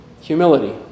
humility